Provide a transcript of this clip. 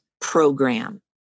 program